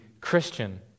Christian